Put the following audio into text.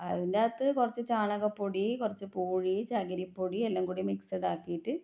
അതിന്റെകത്ത് കുറച്ച് ചാണകപ്പൊടി കുറച്ച് പൂഴി ചകിരിപ്പൊടി എല്ലാം കൂടെ മിക്സഡാക്കിയിട്ട്